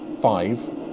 five